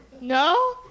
No